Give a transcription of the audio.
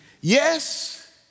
Yes